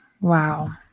Wow